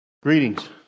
Greetings